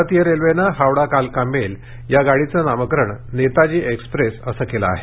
भारतीय रेल्वेनं हावडा कलका मेल या गाडीचंनामकरण नेताजी एक्सप्रेस असं केलं आहे